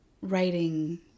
writing